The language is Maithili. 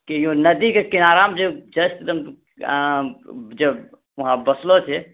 कि यूँ नदीके किनारामे जे जस्ट एकदम जब वहाँ बसलो छै